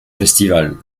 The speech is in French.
festivals